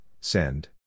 send